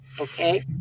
okay